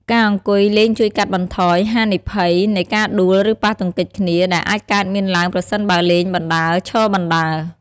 ការអង្គុយលេងជួយកាត់បន្ថយហានិភ័យនៃការដួល ឬប៉ះទង្គិចគ្នា ដែលអាចកើតមានឡើងប្រសិនបើលេងបណ្ដើរ ឈរបណ្តើរ។